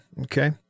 Okay